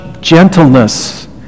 gentleness